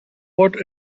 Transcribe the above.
what